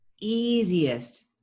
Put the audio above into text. easiest